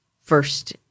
first